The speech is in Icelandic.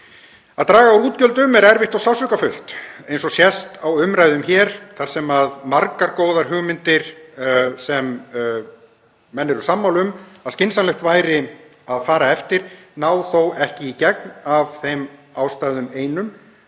Að draga úr útgjöldum er erfitt og sársaukafullt, eins og sést á umræðum hér þar sem margar góðar hugmyndir, sem menn eru sammála um að skynsamlegt væri að fara eftir, ná þó ekki í gegn af þeim ástæðum einum